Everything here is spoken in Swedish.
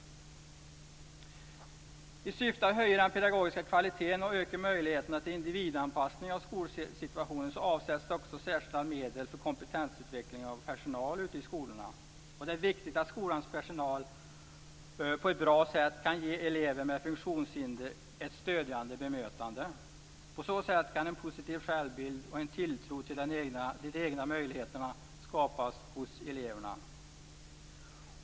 I syfte att höja den pedagogiska kvaliteten och öka möjligheterna till individanpassning av skolsituationen avsätts särskilda medel för kompetensutveckling av personal ute i skolorna. Och det är viktigt att skolans personal på ett bra sätt kan ge elever med funktionshinder ett stödjande bemötande. På så sätt kan en positiv självbild och en tilltro till de egna möjligheterna skapas hos eleverna.